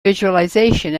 visualization